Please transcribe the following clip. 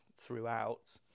throughout